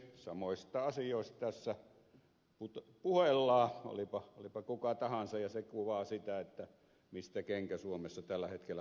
samoista asioista tässä puhellaan olipa tässä kuka tahansa ja se kuvaa sitä mistä kenkä suomessa tällä hetkellä puristaa